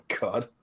God